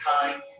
time